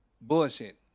bullshit